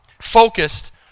focused